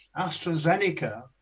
AstraZeneca